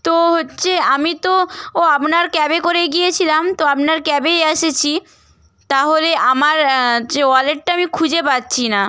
তো হচ্চে আমি তো ও আপনার ক্যাবে করে গিয়েছিলাম তো আপনার ক্যাবেই এসেছি তাহলে আমার যে ওয়ালেটটা আমি খুঁজে পাচ্ছি না